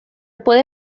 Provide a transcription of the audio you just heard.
puede